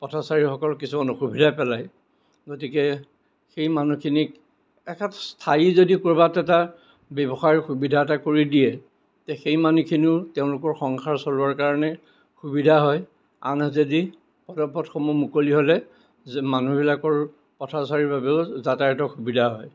পথচাৰীসকলক কিছুমান অসুবিধাত পেলায় গতিকে সেই মানুহখিনিক এখাপ স্থায়ী যদি ক'ৰবাত এটা ব্য়ৱসায়ৰ সুবিধা এটা কৰি দিয়ে তে সেই মানুহখিনিও তেওঁলোকৰ সংসাৰ চলোৱাৰ কাৰণে সুবিধা হয় আনহাতেদি পদপথসমূহ মুকলি হ'লে যে মানুহবিলাকৰ পথচাৰীৰ বাবেও যাতায়তৰ সুবিধা হয়